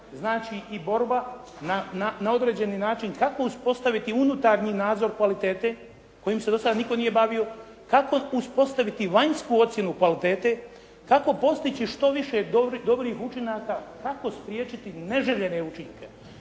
Znači i borba na određeni način kako uspostaviti unutarnji nadzor kvalitete kojim se do sad nitko nije bavio. Kako uspostaviti vanjsku ocjenu kvalitete? Kako postići što više dobrih učinaka? Kako spriječiti neželjene učinke?